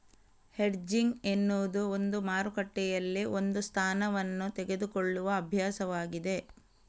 hedging ಎನ್ನುವುದು ಒಂದು ಮಾರುಕಟ್ಟೆಯಲ್ಲಿ ಒಂದು ಸ್ಥಾನವನ್ನು ತೆಗೆದುಕೊಳ್ಳುವ ಅಭ್ಯಾಸವಾಗಿದೆ